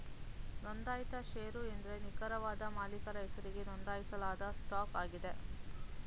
ನೊಂದಾಯಿತ ಶೇರು ಎಂದ್ರೆ ನಿಖರವಾದ ಮಾಲೀಕರ ಹೆಸರಿಗೆ ನೊಂದಾಯಿಸಲಾದ ಸ್ಟಾಕ್ ಆಗಿದೆ